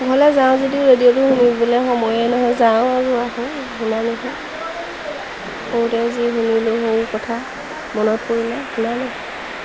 ঘৰলৈ যাওঁ যদিও ৰেডিঅ'টো শুনিবলৈ সময়ে নহয় যাওঁ আৰু আহো শুনা নহয় সৰুতে যি শুনিলোঁ সৰুৰ কথা মনত পৰিলে শুনা নহয়